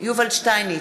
יובל שטייניץ,